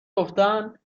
گفتن